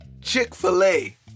chick-fil-a